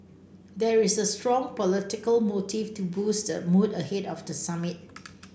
there is a strong political motive to boost the mood ahead of the summit